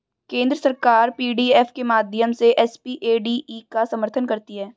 केंद्र सरकार पी.डी.एफ के माध्यम से एस.पी.ए.डी.ई का समर्थन करती है